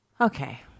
okay